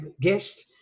guest